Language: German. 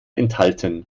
enthalten